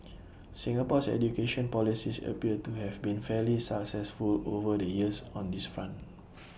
Singapore's education policies appear to have been fairly successful over the years on this front